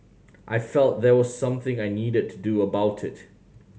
I felt there was something I needed to do about it